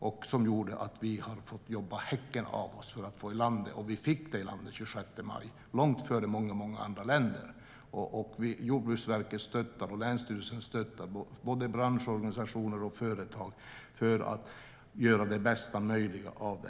Detta gjorde att vi fick jobba häcken av oss för att få det i land, och den 26 maj fick vi det i land, långt före många andra länder. Jordbruksverket och länsstyrelserna stöttade både branschorganisationer och företag för att göra det bästa möjliga av det.